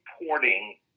reporting